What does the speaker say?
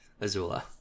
Azula